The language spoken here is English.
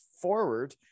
forward